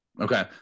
Okay